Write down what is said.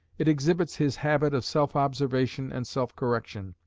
it exhibits his habit of self-observation and self-correction,